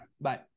bye